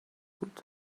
بود